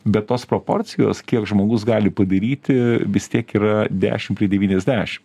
bet tos proporcijos kiek žmogus gali padaryti vis tiek yra dešim prie devyniasdešim